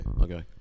Okay